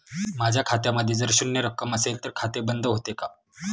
माझ्या खात्यामध्ये जर शून्य रक्कम असेल तर खाते बंद होते का?